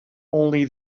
only